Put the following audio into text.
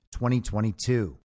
2022